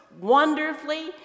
wonderfully